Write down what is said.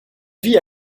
vit